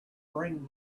bring